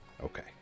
Okay